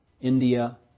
India